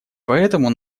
поэтому